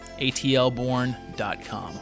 atlborn.com